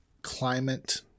climate